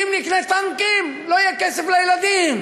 אם נקנה טנקים, לא יהיה כסף לילדים.